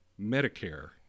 Medicare